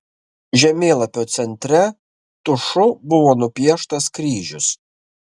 žemėlapio centre tušu buvo nupieštas kryžius